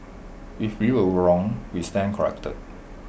if we are wrong we stand corrected